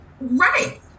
right